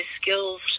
skills